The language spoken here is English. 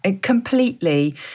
completely